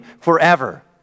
forever